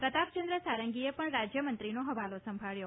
પ્રતાપચંદ્ર સારંગીએ પણ રાજયમંત્રીનો હવાલો સંભાળ્યો